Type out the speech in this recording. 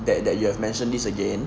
that that you have mentioned this again